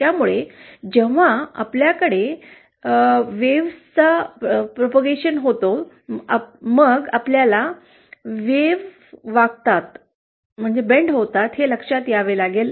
त्यामुळे जेव्हा आपल्याकडे लाटेचा प्रचार होतो मग आपल्याला लाट वाकतात हे लक्षात यावे लागेल